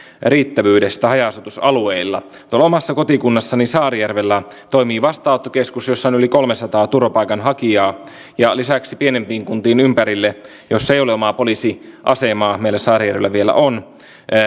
riittävyydestä haja asutusalueilla omassa kotikunnassani saarijärvellä toimii vastaanottokeskus jossa on yli kolmesataa turvapaikanhakijaa ja lisäksi pienempiin kuntiin ympärille joissa ei ole omaa poliisiasemaa meillä saarijärvellä vielä on